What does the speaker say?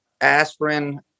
aspirin